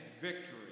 victory